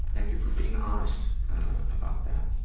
thank you for being honest about that.